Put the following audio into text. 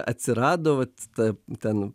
atsirado vat ta ten